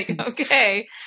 okay